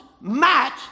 match